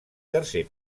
tercer